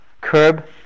curb